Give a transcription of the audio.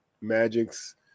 Magic's